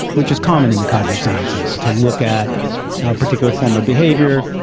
which is common in the cognitive sciences to look at our particular form of behaviour,